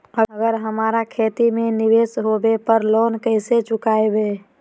अगर हमरा खेती में निवेस होवे पर लोन कैसे चुकाइबे?